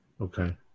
Okay